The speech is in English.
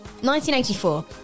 1984